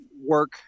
work